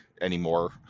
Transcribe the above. anymore